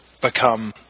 become